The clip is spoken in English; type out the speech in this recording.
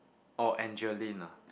oh Angeline ah